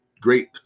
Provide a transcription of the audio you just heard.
great